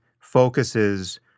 focuses